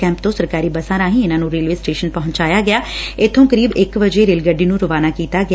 camp ਤੋਂ ਸਰਕਾਰੀ ਬੱਸਾਂ ਰਾਹੀਂ ਇਨਾਂ ਨੂੰ ਰੇਲਵੇ ਸਟੇਸ਼ਨ ਪਹੁੰਚਾਇਆ ਗਿਆ ਇਬੋਂ ਕਰੀਬ ਇਕ ਵਜੇ ਰੇਲ ਗੱਡੀ ਨੂੰ ਰਵਾਨਾ ਕੀਤਾ ਗਿਆ